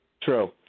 True